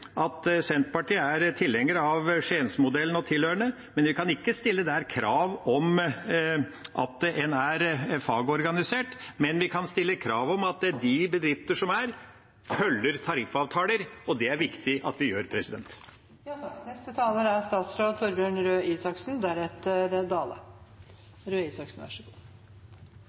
at Senterpartiet er tilhenger av Skiensmodellen og tilhørende. Vi kan ikke der stille krav om at en er fagorganisert, men vi kan stille krav om at bedrifter følger tariffavtaler, og det er det viktig at vi gjør.